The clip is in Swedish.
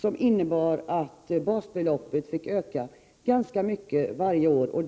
som innebar att basbeloppet måste öka ganska mycket varje år.